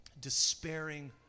despairing